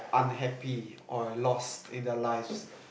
unhappy or lost in their lives